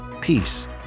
peace